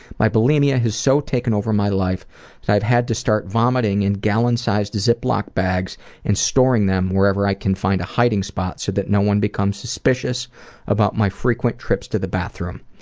my bulimia has so taken over my life that i've had to start vomiting in gallon sized ziploc bags and storing them wherever i can find a hiding spot so that no one becomes suspicious about my frequent trips to the bathroom.